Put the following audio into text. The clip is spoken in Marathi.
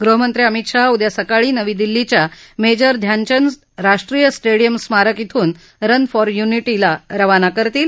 गृहमंत्री अमित शाह उद्या सकाळी नवी दिल्लीच्या मेजर ध्यानचंद राष्ट्रीय स्टेडियम स्मारक श्रिून रन फॉर युनिटीला रवाना करतील